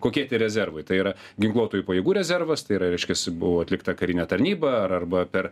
kokie rezervai tai yra ginkluotųjų pajėgų rezervas tai yra reiškiasi buvo atlikta karinė tarnyba ar arba per